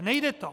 Nejde to.